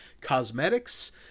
cosmetics